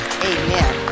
Amen